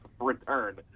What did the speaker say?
return